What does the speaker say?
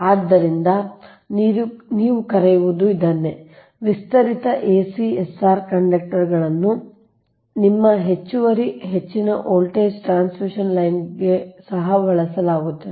ಆದ್ದರಿಂದ ನೀವು ಕರೆಯುವುದು ಇದನ್ನೇ ವಿಸ್ತರಿತ ACSR ಕಂಡಕ್ಟರ್ ಗಳನ್ನು ನಿಮ್ಮ ಹೆಚ್ಚುವರಿ ಹೆಚ್ಚಿನ ವೋಲ್ಟೇಜ್ ಟ್ರಾನ್ಸ್ಮಿಷನ್ ಲೈನ್ ಗೆ ಸಹ ಬಳಸಲಾಗುತ್ತದೆ